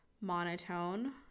monotone